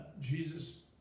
Jesus